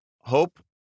hope